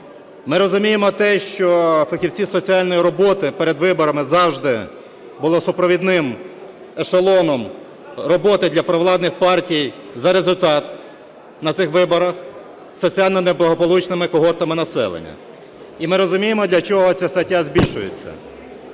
ми розуміємо те, що фахівці соціальної роботи перед виборами завжди були супровідним ешелоном роботи для провладних партій за результат на цих виборах соціально неблагополучними когортами населення. І ми розуміємо, для чого ця стаття збільшується.